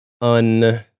un